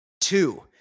Two